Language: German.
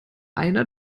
einer